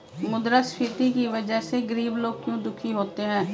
मुद्रास्फीति की वजह से गरीब लोग क्यों दुखी होते हैं?